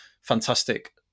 fantastic